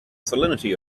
salinity